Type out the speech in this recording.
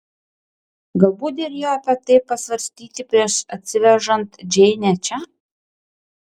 galbūt derėjo apie tai pasvarstyti prieš atsivežant džeinę čia